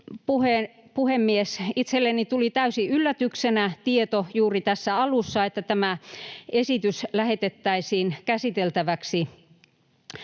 puhemies, itselleni tuli täysin yllätyksenä tieto juuri tässä alussa, että tämä esitys lähetettäisiin käsiteltäväksi